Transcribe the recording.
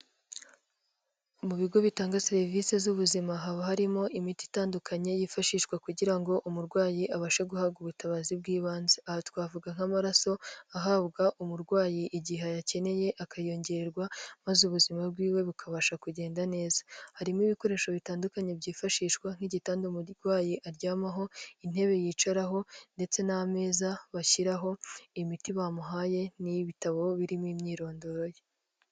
Mu bigo bitanga serivisi z'ubuzima haba harimo imiti itandukanye yifashishwa kugira ngo umurwayi abashe guhabwa ubutabazi bw'ibanze. Aha twavuga nk'amaraso ahabwa umurwayi igihe ayakeneye akayongererwa maze ubuzima bwiwe bukabasha kugenda neza. Harimo ibikoresho bitandukanye byifashishwa nk'igitanda mugwayi aryamaho intebe yicaraho ndetse n'ameza bashyiraho imiti bamuhaye n'iy'ibitabo birimo imyirondoro ye.